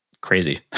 crazy